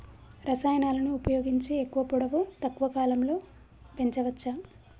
రసాయనాలను ఉపయోగించి ఎక్కువ పొడవు తక్కువ కాలంలో పెంచవచ్చా?